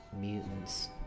mutants